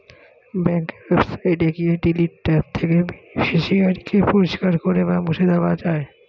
ব্যাঙ্কের ওয়েবসাইটে গিয়ে ডিলিট ট্যাব থেকে বেনিফিশিয়ারি কে পরিষ্কার করে বা মুছে দেওয়া যায়